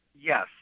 Yes